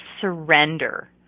surrender